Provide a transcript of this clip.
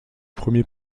premier